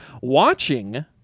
Watching